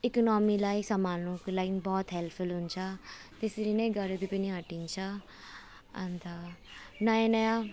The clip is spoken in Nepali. इकोनमीलाई सम्हाल्नुको लागि बहुत हेल्पफुल हुन्छ त्यसरी नै गरिबी पनि हटिन्छ अन्त नयाँ नयाँ